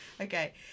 okay